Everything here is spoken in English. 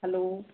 hello